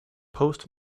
post